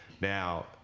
Now